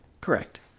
Correct